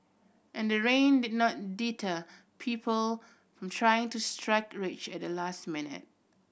and the rain did not deter people from trying to strike rich at the last minute